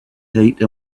heat